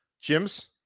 Jim's